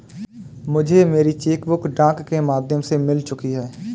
मुझे मेरी cheque book डाक के माध्यम से मिल चुकी है